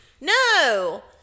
No